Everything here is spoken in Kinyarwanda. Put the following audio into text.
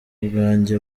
bwanjye